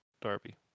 Darby